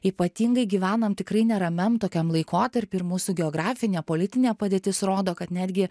ypatingai gyvenam tikrai neramiam tokiam laikotarpy ir mūsų geografinė politinė padėtis rodo kad netgi